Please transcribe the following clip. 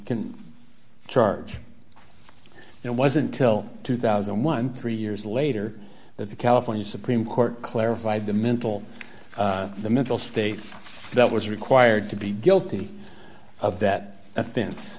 can charge it wasn't till twenty thousand and thirteen years later that the california supreme court clarified the mental the mental state that was required to be guilty of that offense